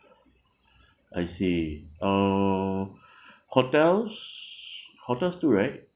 I see uh hotels hotels too right